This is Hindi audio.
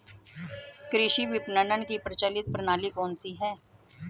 कृषि विपणन की प्रचलित प्रणाली कौन सी है?